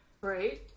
Right